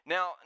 Now